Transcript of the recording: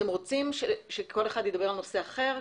אתם רוצים שכל אחד ידבר על נושא אחר?